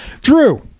Drew